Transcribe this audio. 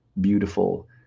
beautiful